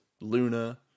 Luna